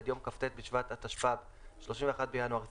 עד יום כ"ט בשבט התשפ"ב (31 בינואר 2022)